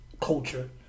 culture